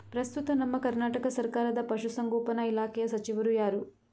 ಪ್ರಸ್ತುತ ನಮ್ಮ ಕರ್ನಾಟಕ ಸರ್ಕಾರದ ಪಶು ಸಂಗೋಪನಾ ಇಲಾಖೆಯ ಸಚಿವರು ಯಾರು?